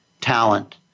talent